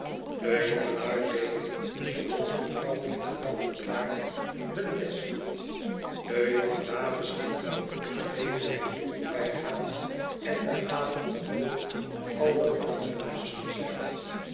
de jongelui deden zooals mevrouw kitterbell verklaarde hun best de jonge dames lieten de goede gelegenheid niet voorbijgaan en de avond beloofde alleraangenaamst zijn